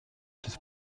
des